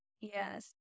Yes